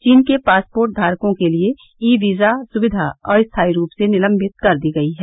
चीन के पासपोर्टघारकों के लिए ई वीजा सुविधा अस्थाई रूप से निलंबित कर दी गई है